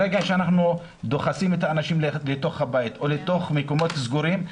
ברגע שאנחנו דוחסים את האנשים לתוך הבית או לתוך מקומות סגורים,